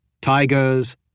tigers